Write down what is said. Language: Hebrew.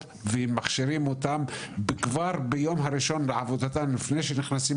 ומכשירים אותם כבר ביום הראשון לעבודתם לפני שהם נכנסים